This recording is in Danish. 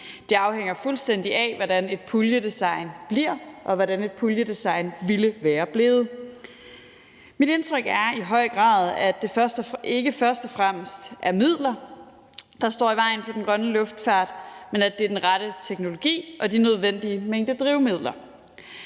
Det afhænger fuldstændig af, hvordan et puljedesign bliver, og hvordan et puljedesign ville være blevet. Mit indtryk er i høj grad, at det ikke først og fremmest er midler, der står i vejen for den grønne luftfart, men at det er den rette teknologi og den nødvendige mængde drivmidler.